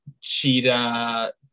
cheetah